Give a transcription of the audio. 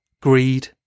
greed